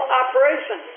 operation